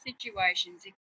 situations